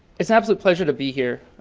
it's an absolute pleasure to be here.